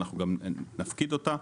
אנחנו גם נפקיד אותה.